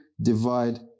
divide